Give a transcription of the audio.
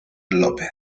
lopez